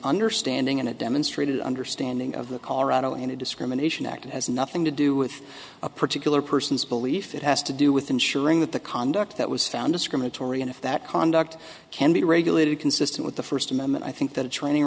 understanding and a demonstrated understanding of the colorado in a discrimination act it has nothing to do with a particular person's belief it has to do with ensuring that the conduct that was found discriminatory and if that conduct can be regulated consistent with the for first amendment i think that a training